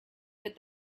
with